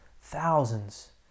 thousands